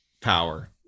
power